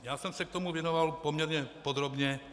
Já jsem se tomu věnoval poměrně podrobně.